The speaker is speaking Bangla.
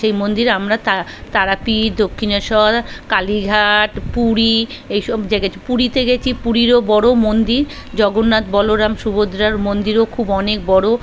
সেই মন্দির আমরা তা তারাপীঠ দক্ষিণেশ্বর কালীঘাট পুরী এইসব জায়গায় গেছি পুরীতে গেছি পুরীরও বড়ো মন্দির জগন্নাথ বলরাম সুভদ্রার মন্দিরও খুব অনেক বড়ো